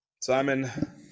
simon